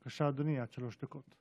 בבקשה, אדוני, עד שלוש דקות.